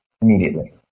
immediately